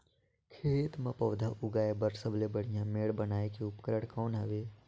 खेत मे पौधा उगाया बर सबले बढ़िया मेड़ बनाय के उपकरण कौन हवे?